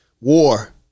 War